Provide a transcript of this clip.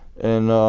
and